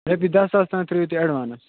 رۄپیہِ دَہ ساس تام ترٛٲوِو تُہۍ ایٚڈوانٕس